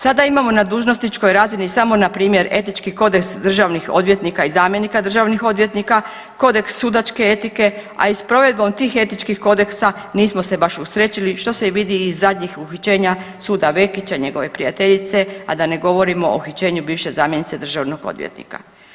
Sada imamo na dužnosničkoj razini samo na primjer Etički kodeks državnih odvjetnika i zamjenika državnih odvjetnika, Kodeks sudačke etike a i s provedbom tih etičkih kodeksa nismo se baš usrećili što se i vidi iz zadnjih uhićenja suca Vekića i njegove prijateljice a da ne govorimo o uhićenju bivše zamjenice državnog odvjetnika.